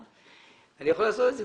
אנחנו נעביר את הבקשה.